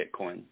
Bitcoin